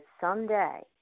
someday